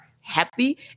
happy